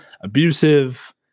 abusive